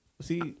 See